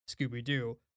Scooby-Doo